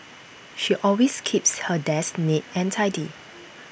she always keeps her desk neat and tidy